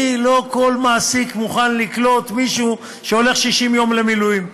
כי לא כל מעסיק מוכן לקלוט מישהו שהולך 60 יום למילואים,